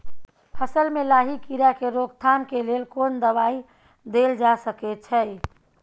फसल में लाही कीरा के रोकथाम के लेल कोन दवाई देल जा सके छै?